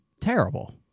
terrible